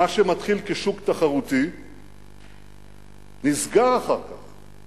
מה שמתחיל כשוק תחרותי נסגר אחר כך